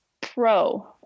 pro